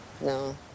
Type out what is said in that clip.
No